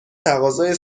تقاضای